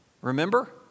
Remember